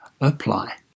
apply